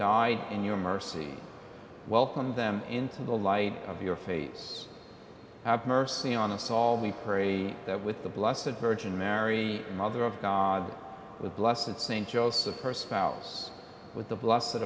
died in your mercy welcomed them into the light of your face have mercy on us all we pray that with the blasted virgin mary mother of god with blessed and st joseph her spouse with the blessed that